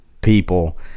people